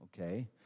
okay